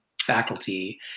faculty